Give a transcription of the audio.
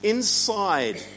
Inside